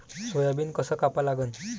Soybean कस कापा लागन?